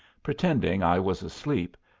pretending i was asleep,